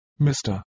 Mr